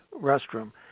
restroom